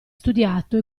studiato